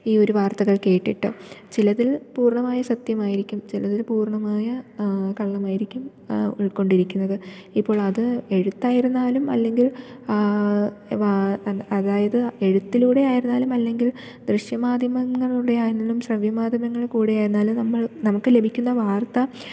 ഈ ഒരു വാർത്തകൾ കേട്ടിട്ട് ചിലതിൽ പൂർണ്ണമായി സത്യമായിരിക്കും ചിലതിൽ പൂർണ്ണമായ കള്ളമായിരിക്കും ഉൾക്കൊണ്ടിരിക്കുന്നത് ഇപ്പോൾ അത് എഴുത്തായിരുന്നാലും അല്ലെങ്കിൽ അതായത് എഴുത്തിലൂടെ ആയിരുന്നാലും അല്ലെങ്കിൽ ദൃശ്യമാധ്യമങ്ങളിലൂടെ ആയിരുന്നാലും ശ്രവ്യമാധ്യമങ്ങളിൽ കൂടി ആയിരുന്നാലും നമ്മൾ നമുക്ക് ലഭിക്കുന്ന വാർത്ത